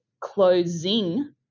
closing